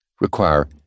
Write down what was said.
require